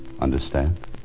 Understand